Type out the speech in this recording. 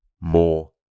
more